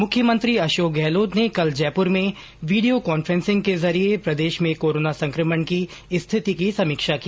मुख्यमंत्री अशोक गहलोत ने कल जयपुर में वीडियो कांन्फ्रेंन्सिंग के जरिये प्रदेश में कोरोना संक्रमण की स्थिति की समीक्षा की